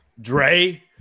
Dre